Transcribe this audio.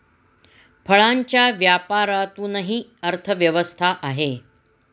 फळांच्या व्यापारातूनही अर्थव्यवस्था आहे